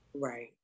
Right